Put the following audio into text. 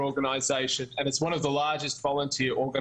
ישראל לצערי היום חווה טביעות רבות